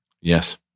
Yes